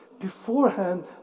beforehand